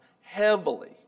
heavily